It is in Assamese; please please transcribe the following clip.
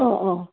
অঁ অঁ